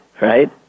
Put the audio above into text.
right